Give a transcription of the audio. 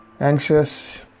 anxious